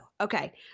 Okay